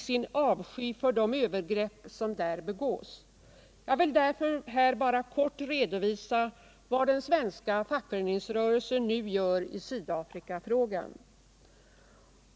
sin avsky för de övergrepp som där begås. Jag vill därför här helt kort redovisa vad den svenska fackföreningsrörelsen nu gör i Sydafrikafrågan.